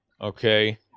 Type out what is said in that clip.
Okay